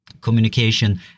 Communication